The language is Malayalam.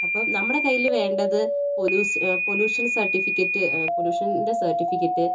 അപ്പം നമ്മുടെ കയ്യിൽ വേണ്ടത് പൊല്യൂസ് പൊല്യൂഷൻ സർട്ടിഫിക്കേറ്റ് പൊല്യൂഷൻൻറ്റെ സർട്ടിഫിക്കേറ്റ്